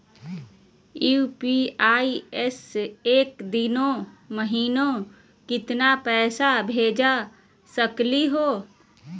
UPI स एक दिनो महिना केतना पैसा भेज सकली हे?